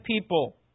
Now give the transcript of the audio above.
people